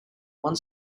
one